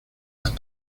las